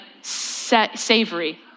savory